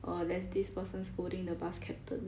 err there's this person scolding the bus captain